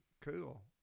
Cool